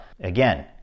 Again